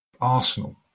Arsenal